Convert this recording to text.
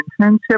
internship